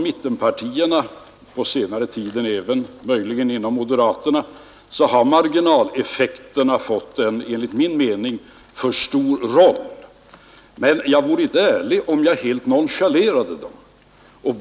Mittenpartierna — på senare tid möjligen även moderaterna — tilldelar marginaleffekterna en enligt min mening för stor roll. Men jag vore inte ärlig, om jag helt nonchalerade dem.